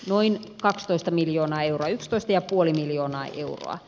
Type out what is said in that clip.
noin kaksitoista miljoonaa euroa ja puoli miljoonaa euroa